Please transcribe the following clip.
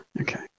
okay